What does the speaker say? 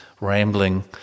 rambling